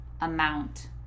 amount